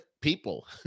people